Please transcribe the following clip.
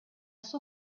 sua